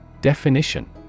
Definition